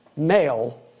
Male